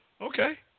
Okay